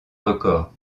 record